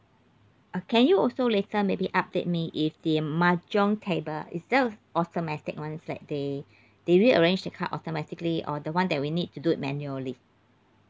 uh can you also later maybe update me if the mahjong table is that automatic one is like they they rearrange the card automatically or the one that we need to do it manually